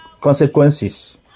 consequences